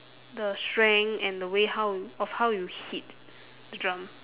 the strength and the way how of how you hit the drum